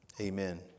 Amen